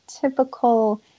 typical